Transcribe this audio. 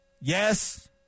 yes